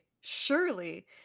surely